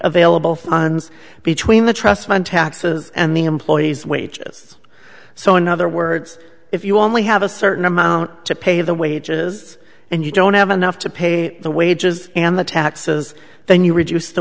available funds between the trust fund taxes and the employee's wages so in other words if you only have a certain amount to pay the wages and you don't have enough to pay the wages and the taxes then you reduce the